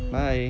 bye